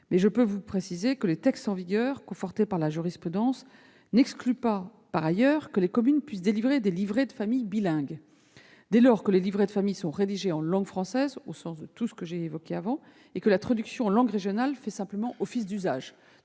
Mais je tiens à préciser que les textes en vigueur, confortés par la jurisprudence, n'excluent pas que les communes puissent délivrer des livrets de famille bilingues, dès lors que les livrets de famille sont rédigés en langue française, dans le respect des règles précédemment évoquées, et que la traduction en langue régionale fait simplement office d'usage.